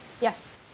Yes